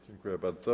Dziękuję bardzo.